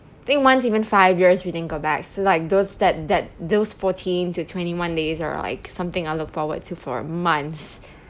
think once even five years we didn't go back so like those that that those fourteen to twenty one days are like something I look forward to for months